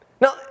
Now